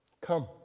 come